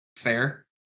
Fair